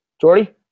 Jordy